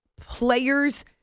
players